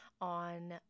on